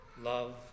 love